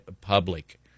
public